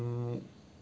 mm